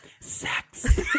Sex